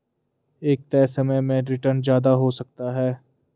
एक तय समय में रीटर्न ज्यादा हो सकता है